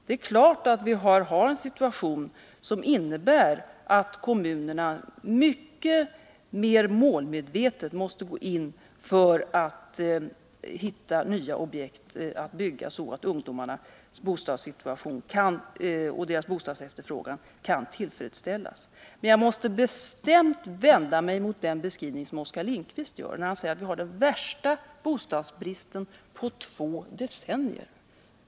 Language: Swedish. Det är klart att vi har en situation som innebär att kommunerna mycket mer målmedvetet måste gå in för att hitta nya objekt att bygga, så att ungdomarnas bostadssituation kan förbättras och deras bostadsefterfrågan tillfredsställas. Men jag måste bestämt vända mig mot den beskrivning som Oskar Lindkvist gör, när han säger att vi har den värsta bostadsbristen på två decennier.